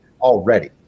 already